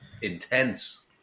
intense